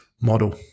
model